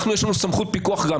אנחנו, יש לנו סמכות פיקוח גם.